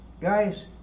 Guys